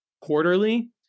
quarterly